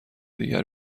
دیگر